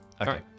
Okay